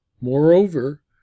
Moreover